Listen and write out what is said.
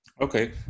Okay